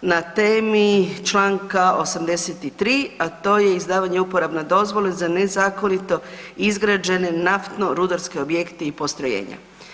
na temi članka 83. a to je izdavanje uporabne dozvole za nezakonito izgrađene naftno-rudarske objekte i postrojenja.